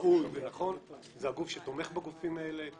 ראוי ונכון זה הגוף שתומך בגופים האלה,